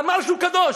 ואמר שהוא קדוש.